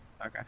Okay